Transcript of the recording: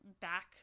back